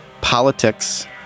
Politics